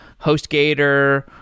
HostGator